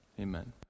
Amen